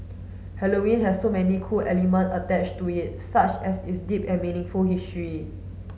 Halloween has so many cool element attached to it such as its deep and meaningful history